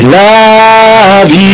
love